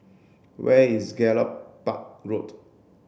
where is Gallop Park Road